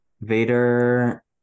Vader